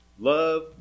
Love